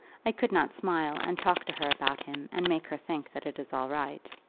i could not smile and talk to her about him and make her think that it is all right.